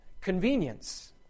convenience